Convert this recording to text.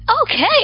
Okay